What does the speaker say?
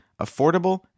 affordable